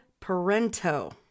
Parento